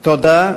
תודה.